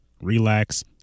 relax